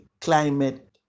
climate